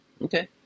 okay